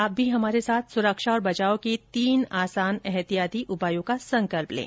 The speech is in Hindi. आप भी हमारे साथ सुरक्षा और बचाव के तीन आसान एहतियाती उपायों का संकल्प लें